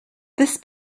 this